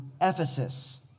Ephesus